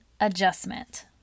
Adjustment